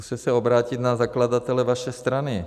Zkuste se obrátit na zakladatele vaší strany.